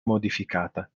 modificata